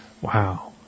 wow